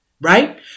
right